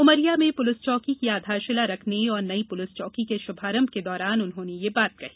उमरिया में पुलिस चौकी की आधारशिला रखने और नई पुलिस चौकी का शुभारंभ के दौरान उन्होंने यह बात कही